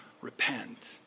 repent